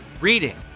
Reading